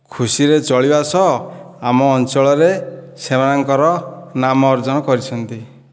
ଖୁସିରେ ଚଳିବା ସହ ଆମ ଅଞ୍ଚଳରେ ସେମାନଙ୍କର ନାମ ଅର୍ଜନ କରିଛନ୍ତି